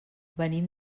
venim